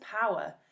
power